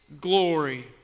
glory